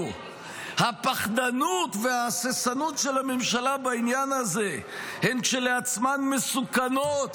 --- הפחדנות וההססנות של הממשלה בעניין הזה הן כשלעצמן מסוכנות,